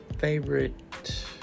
favorite